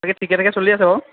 বাকী ঠিকে ঠাকে চলি আছে বাৰু